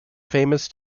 famous